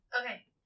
Okay